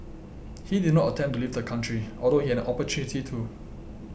he did not attempt to leave the country although he had an opportunity to